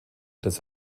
des